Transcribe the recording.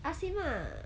ask him lah